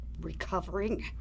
recovering